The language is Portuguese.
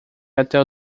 até